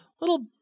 little